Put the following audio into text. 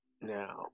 now